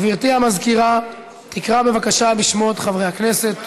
גברתי המזכירה תקרא בבקשה בשמות חברי הכנסת.